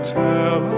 tell